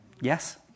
Yes